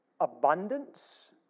abundance